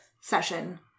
session